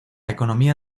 economía